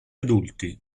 adulti